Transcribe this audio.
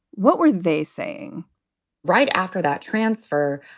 what were they saying right after that transfer?